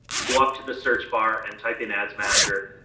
go up to the search bar and type in ads manager,